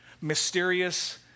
mysterious